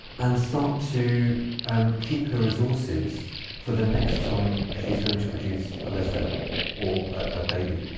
and start to um keep her resources for the next time she's going to produce a litter or a baby.